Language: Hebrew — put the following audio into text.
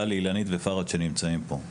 לאילנית שושני ורימון סאבא שנמצאים כאן.